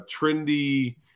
trendy